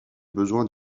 besoins